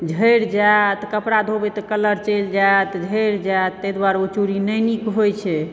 झड़ि जैत कपड़ा धोबय तऽ कलर चलि जैत तऽ झड़ि जैत तै दुआरे ओ चूड़ी नहि नीक होयत छै